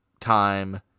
time